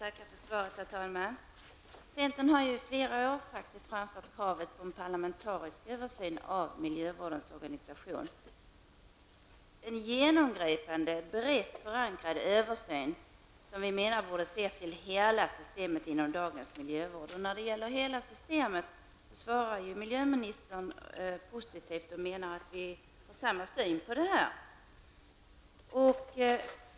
Herr talman! Jag tackar för svaret. Centern har i flera år framfört kravet på en parlamentarisk översyn av miljövårdens organisation, dvs. en genomgripande, brett förankrad översyn som borde se på hela systemet inom dagens miljövård. Miljöministern svarar positivt när det gäller hela systemet och menar att vi har samma syn på detta.